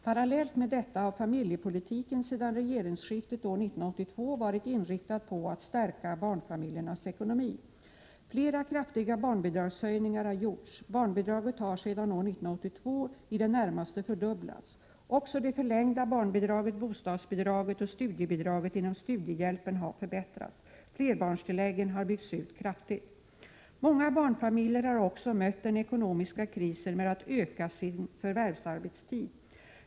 Parallellt med detta har familjepolitiken sedan regeringsskiftet år 1982 varit inriktad på att stärka barnfamiljernas ekonomi. Flera kraftiga barnbidragshöjningar har gjorts. Barnbidraget har sedan år 1982 i det närmaste fördubblats. Också det förlängda barnbidraget, bostadsbidraget och studiebidraget inom studiehjälpen har förbättrats. Flerbarnstilläggen har byggts ut kraftigt. Många barnfamiljer har också mött den ekonomiska krisen med att öka sin förvärvsarbetstid.